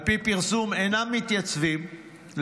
על פי פרסום הם אינם מתייצבים לגיוס.